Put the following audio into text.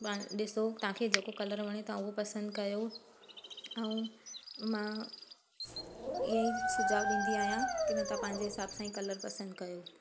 पाणि ॾिसो तव्हांखे जेको कलर वणे तव्हां उहो पसंदि कयो ऐं मां इअंई सुझाव ॾींदी आहियां की न तव्हां पंहिंजे हिसाब सां ई कलर पसंदि कयो